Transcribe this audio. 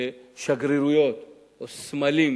לשגרירויות או לסמלים